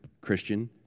Christian